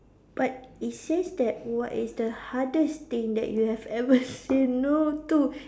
but it says that what is the hardest thing that you have ever said no to